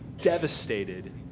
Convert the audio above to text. devastated